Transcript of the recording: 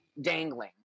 dangling